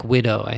Widow